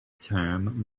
term